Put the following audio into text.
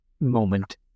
moment